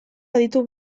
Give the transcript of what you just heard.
aditu